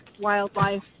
wildlife